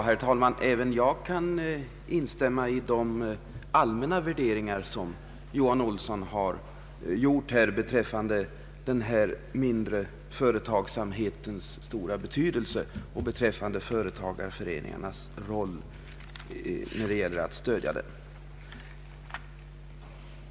Herr talman! Även jag kan instämma i de allmänna värderingar som herr Johan Olsson gjort beträffande den mindre företagsamhetens betydelse och om företagareföreningarnas roll och deras behov av stöd.